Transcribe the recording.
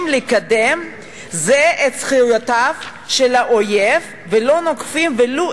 לקדם זה את זכויותיו של האויב ולא נוקפים ולו